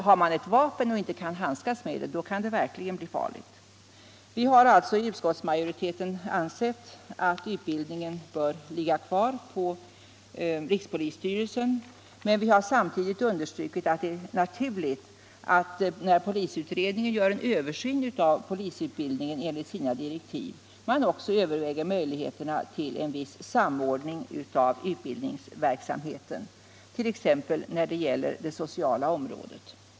Har man ett vapen och inte kan handskas med det kan det verkligen bli farligt. Vi har alltså i utskottsmajoriteten ansett att utbildningen bör ligga kvar hos rikspolisstyrelsen, men vi har samtidigt understrukit att det är naturligt att polisutredningen, när den enligt sina direktiv gör en översyn av polisutbildningen, också överväger möjligheterna till en viss samordning av utbildningsverksamheten, t.ex. när det gäller det sociala området.